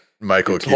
Michael